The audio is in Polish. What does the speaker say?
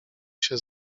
się